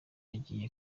agiye